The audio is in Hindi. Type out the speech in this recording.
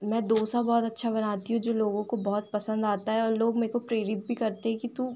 मैं डोसा बहुत अच्छा बनाती हूँ जो लोगों को बहुत पसन्द आता है और लोग मेरे को प्रेरित भी करते है कि तू